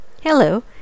Hello